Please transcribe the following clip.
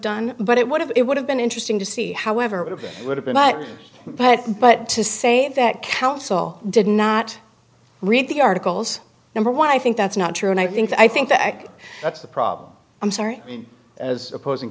done but it would have it would have been interesting to see however what it would have been i had but to say that counsel did not read the articles number one i think that's not true and i think i think the act that's the problem i'm sorry as opposing